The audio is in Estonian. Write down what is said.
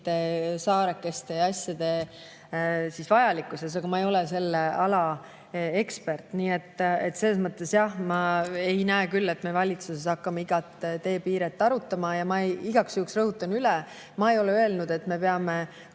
saarekeste ja selliste asjade vajalikkuse kohta, aga ma ei ole selle ala ekspert. Nii et selles mõttes jah, ma ei näe küll, et me valitsuses hakkame igat teepiiret arutama. Ja ma igaks juhuks rõhutan üle, et ma ei ole öelnud, et me peame